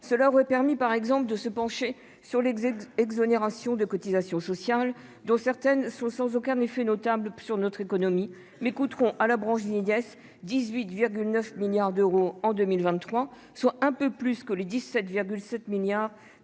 Cela aurait permis par exemple de se pencher sur l'excès d'exonérations de cotisations sociales dont certaines sont sans aucun effet notable sur notre économie mais coûteront à la branche vieillesse 18,9 milliards d'euros en 2023, soit un peu plus que le 17, 7 milliards